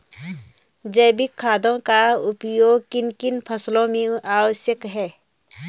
जैविक खादों का उपयोग किन किन फसलों में आवश्यक है?